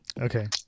Okay